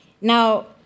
Now